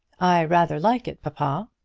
i rather like it, papa.